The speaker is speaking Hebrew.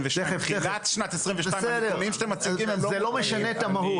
לתחילת שנת 22. זה לא משנה את המהות,